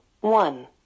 one